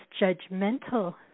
judgmental